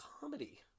comedy